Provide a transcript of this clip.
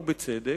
ובצדק,